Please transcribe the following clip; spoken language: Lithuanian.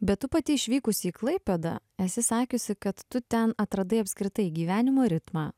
bet tu pati išvykusi į klaipėdą esi sakiusi kad tu ten atradai apskritai gyvenimo ritmą